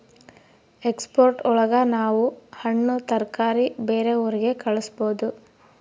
export ಒಳಗ ನಾವ್ ಹಣ್ಣು ತರಕಾರಿ ಬೇರೆ ಊರಿಗೆ ಕಳಸ್ಬೋದು